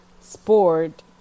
sport